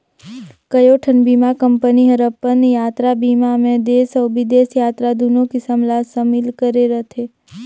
कयोठन बीमा कंपनी हर अपन यातरा बीमा मे देस अउ बिदेस यातरा दुनो किसम ला समिल करे रथे